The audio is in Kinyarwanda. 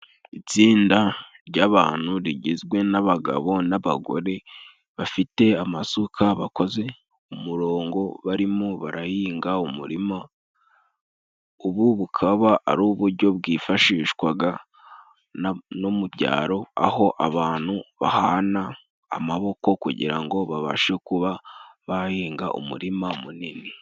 Itsinda ry'abantu rigizwe n'abagabo n'abagore bafite amasuka, bakoze umurongo barimo barahinga umurima, ubu bukaba ari ubujyo bwifashishwaga no mu byaro aho abantu bahana amaboko kugira ngo babashe kuba bahinga umurima munini.